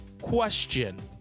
question